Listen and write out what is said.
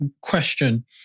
question